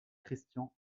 christian